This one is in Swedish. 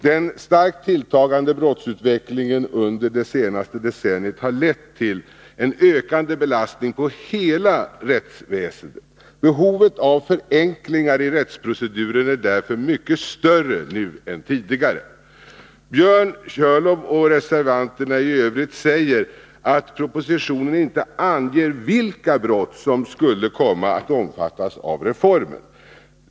Den starkt tilltagande brottsutvecklingen under det senaste decenniet har lett till en ökande belastning på hela rättsväsendet. Behovet av förenklingar i rättsproceduren är därför mycket större nu än tidigare. Björn Körlof och övriga reservanter säger att det i propositionen inte anges vilka brott som skulle komma att omfattas av reformen.